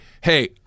hey